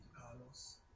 Carlos